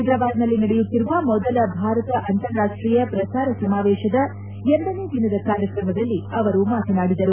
ಹ್ನೆದ್ರಾಬಾದ್ನಲ್ಲಿ ನಡೆಯುತ್ತಿರುವ ಮೊದಲ ಭಾರತ ಅಂತಾರಾಷ್ಷೀಯ ಪ್ರಸಾರ ಸಮಾವೇಶದ ಎರಡನೇ ದಿನದ ಕಾಯತ್ರಮದಲ್ಲಿ ಅವರು ಮಾತನಾಡಿದರು